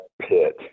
pit